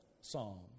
Psalm